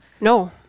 No